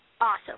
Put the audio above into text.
awesome